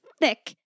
thick